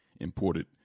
imported